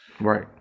right